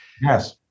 Yes